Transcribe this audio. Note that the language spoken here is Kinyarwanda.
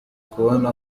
kubona